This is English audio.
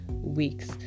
weeks